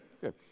good